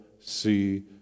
see